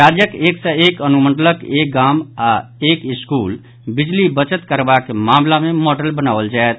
राज्यक एक सय एक अनुमंडलक एक गाम आओर एक स्कूल बिजली बचत करबाक मामिला मे मॉडल बनाओल जायत